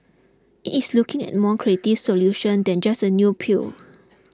it's looking at a more creative solution than just a new pill